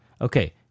Okay